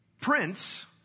Prince